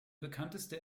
bekannteste